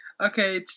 Okay